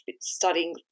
studying